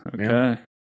okay